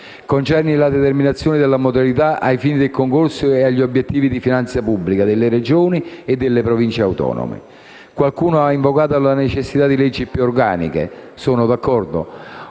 concernenti la determinazione delle modalità ai fini del concorso agli obiettivi di finanza pubblica delle Regioni e delle Province autonome. Qualcuno ha invocato la necessità di leggi più organiche. Sono d'accordo,